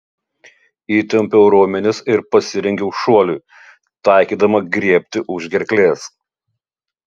įtempiau raumenis ir pasirengiau šuoliui taikydama griebti už gerklės